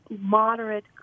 moderate